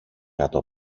κάτω